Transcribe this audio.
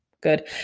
good